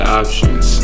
options